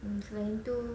mm selain tu